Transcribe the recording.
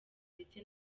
ndetse